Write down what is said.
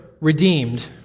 redeemed